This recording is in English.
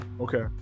Okay